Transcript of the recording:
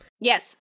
Yes